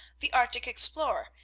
the arctic explorer,